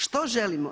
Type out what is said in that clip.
Što želimo?